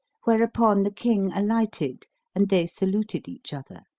whereupon the king alighted and they saluted each other.